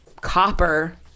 copper